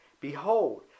Behold